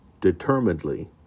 Determinedly